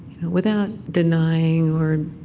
without denying or